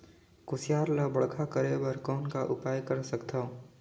कुसियार ल बड़खा करे बर कौन उपाय कर सकथव?